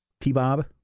T-Bob